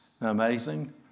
Amazing